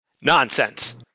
Nonsense